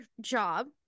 job